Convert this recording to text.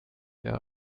wäre